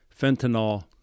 fentanyl